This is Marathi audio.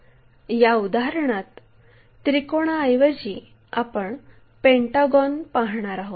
या उदाहरणात त्रिकोणाऐवजी आपण पेंटागॉन पाहत आहोत